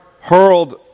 hurled